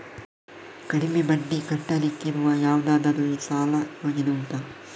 ಕಡಿಮೆ ಬಡ್ಡಿ ಕಟ್ಟಲಿಕ್ಕಿರುವ ಯಾವುದಾದರೂ ಸಾಲ ಯೋಜನೆ ಉಂಟಾ